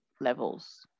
levels